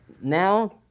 now